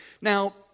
Now